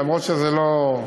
אף שזה לא,